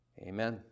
Amen